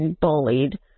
Bullied